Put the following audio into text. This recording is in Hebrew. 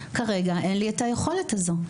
כרגע אין לי את היכולת הזאת.